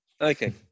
Okay